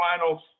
Finals